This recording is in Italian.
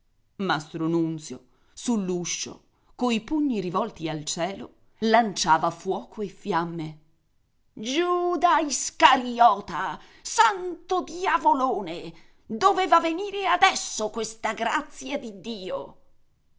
nunzio sull'uscio coi pugni rivolti al cielo lanciava fuoco e fiamme giuda iscariota santo diavolone doveva venire adesso questa grazia di dio